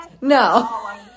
No